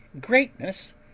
greatness